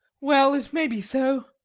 well, it may be so